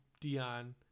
Dion